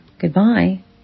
Goodbye